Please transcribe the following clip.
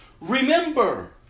remember